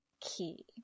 key